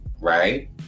right